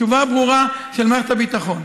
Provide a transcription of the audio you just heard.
תשובה ברורה של מערכת הביטחון.